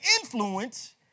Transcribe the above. influence